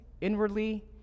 Inwardly